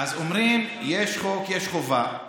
אז אומרים: יש חוק, יש חובה.